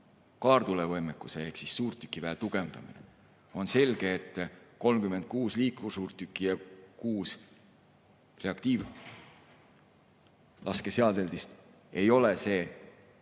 kaartulevõimekus ehk suurtükiväe tugevdamine. On selge, et 36 liikursuurtükki ja 6 reaktiivlaskeseadeldist ei ole see